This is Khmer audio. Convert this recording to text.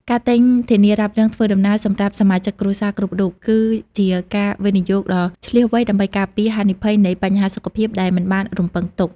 ការទិញធានារ៉ាប់រងធ្វើដំណើរសម្រាប់សមាជិកគ្រួសារគ្រប់រូប គឺជាការវិនិយោគដ៏ឈ្លាសវៃដើម្បីការពារហានិភ័យនៃបញ្ហាសុខភាពដែលមិនបានរំពឹងទុក។